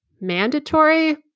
mandatory